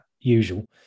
usual